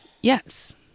yes